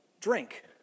drink